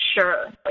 sure